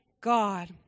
God